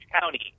County